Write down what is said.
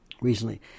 recently